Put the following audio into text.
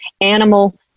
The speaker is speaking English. animal